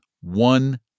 one